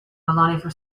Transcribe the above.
baloney